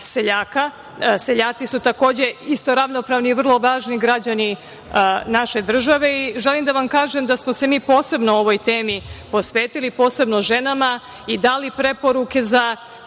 Seljaci su takođe isto ravnopravni i vrlo važni građani naše države i želim da vam kažem da smo se mi posebno o ovoj temi posvetili, posebno ženama i dali preporuke za